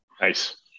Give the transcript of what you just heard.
Nice